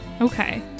okay